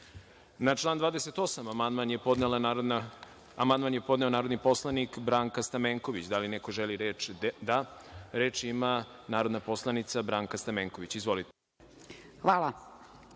član 28. amandman je podneo narodni poslanik Branka Stamenković. Da li neko želi reč? (Da.)Reč ima narodna poslanica Branka Stamenković. Izvolite.